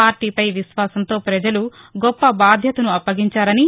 పార్టీపై విశ్వాసంతో ప్రజలు గొప్ప బాధ్యతను అప్పగించారని